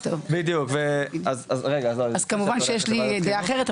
אז כמובן שיש לי דעה אחרת,